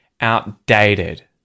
outdated